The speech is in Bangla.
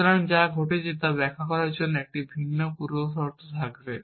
সুতরাং যা ঘটছে তা ব্যাখ্যা করার জন্য একটি ভিন্ন পূর্বশর্ত থাকবে